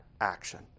action